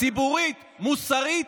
ציבורית, מוסרית,